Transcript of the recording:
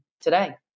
today